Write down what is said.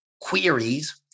queries